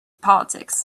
politics